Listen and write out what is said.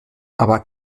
aber